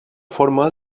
forma